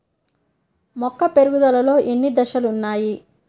మొక్క పెరుగుదలలో ఎన్ని దశలు వున్నాయి?